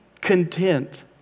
content